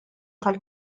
tal